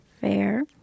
Fair